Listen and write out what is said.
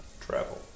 travel